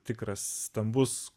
tikras stambus